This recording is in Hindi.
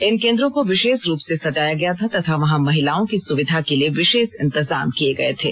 इन केंद्रों को विशेष रूप से सजाया गया था तथा वहां महिलाओं की सुविधा के लिए विशेष इंतजाम किए गए थे